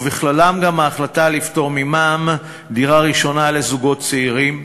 ובכללם ההחלטה לפטור ממע"מ דירה ראשונה לזוגות צעירים,